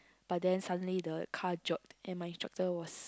but then suddenly the car jerked and my instructor was